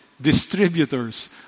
distributors